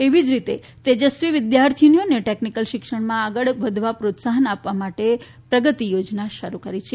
એવી જ રીતે તેજસ્વી વિદ્યાર્થીનીઓને ટેકનીકલ શિક્ષણમાં આગળ વધવા પ્રોત્સાહન આપવા માટે પ્રગતી યોજના શરૂ કરી છે